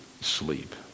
sleep